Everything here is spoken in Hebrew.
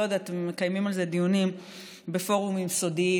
אני לא יודעת אם מקיימים על זה דיונים בפורומים סודיים,